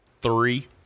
three